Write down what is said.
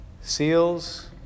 Seals